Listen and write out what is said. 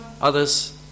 others